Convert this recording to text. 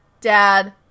dad